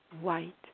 white